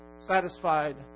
satisfied